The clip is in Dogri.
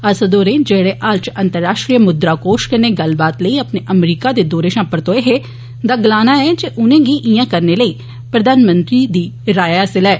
असद होर जेहड़े हाल च अंतर्राश्ट्रीय मुद्रा कोष कन्नै गल्लबात लेई अपने अमरीका दे दौरे शा परतोए हे दा गलाना ऐ जे उनेंगी इआं करने लेई प्रधानमंत्री दी राय हासल ऐ